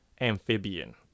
amphibian